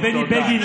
לבני בגין,